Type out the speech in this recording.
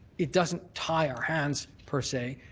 it doesn't tie our hands per se,